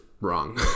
wrong